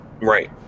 Right